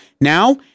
Now